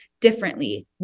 differently